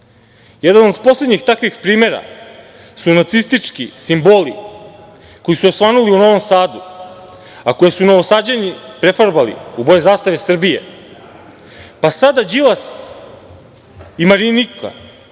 moći. Jedan od poslednjih takvih primera su nacistički simboli koji su osvanuli u Novom Sadu, a koje su Novosađani prefarbali u boje zastave Srbije, pa sada Đilas i Marinika